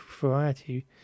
Variety